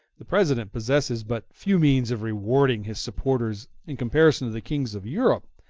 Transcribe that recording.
the president possesses but few means of rewarding his supporters in comparison to the kings of europe,